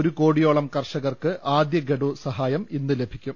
ഒരു കോടിയോളം കർഷകർക്ക് ആദ്യ ഘഡുസ്ഹായം ഇന്ന് ലഭിക്കും